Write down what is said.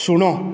सुणो